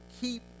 keep